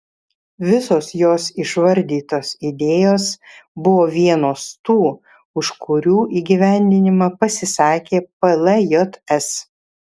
visos jos išvardytos idėjos buvo vienos tų už kurių įgyvendinimą pasisakė pljs